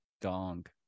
dong